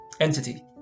entity